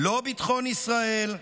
לא ביטחון ישראל,